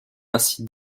ainsi